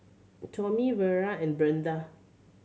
Tommie Vera and Brinda